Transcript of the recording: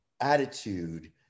attitude